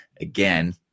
again